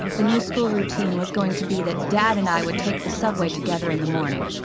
the new school routine was going to be that dad and i would take the subway together in the morning,